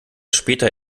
später